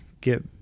get